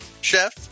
chef